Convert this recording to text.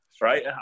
right